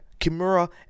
Kimura